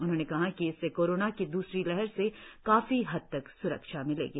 उन्होंने कहा कि इससे कोरोना की द्रसरी लहर से काफी हद तक स्रक्षा मिलेगी